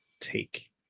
take